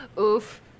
Oof